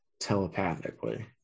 telepathically